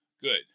Good